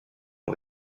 ont